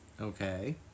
Okay